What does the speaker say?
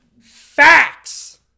Facts